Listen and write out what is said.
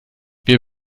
wir